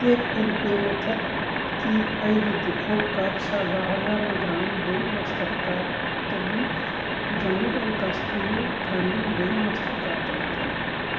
tap and pay method ꯀꯤ ꯑꯩꯒꯤ default card Sarva Haryana Gramin bank Mastercard ꯇꯒꯤ Jammu and Kashmir Gramin bank master ꯀꯥꯔꯗꯇ ꯑꯣꯟꯊꯣꯛꯎ